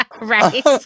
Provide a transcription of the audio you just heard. Right